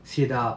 sit up